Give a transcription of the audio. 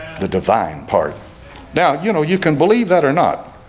the divine part now, you know, you can believe that or not